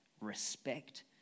respect